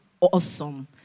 awesome